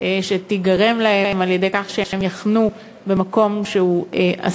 שתיגרם להם על-ידי כך שהם יחנו במקום אסור,